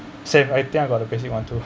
same aitia got the [one] too